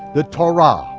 the torah.